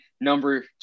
number